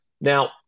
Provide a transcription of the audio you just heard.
Now